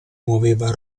muoveva